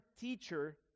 teacher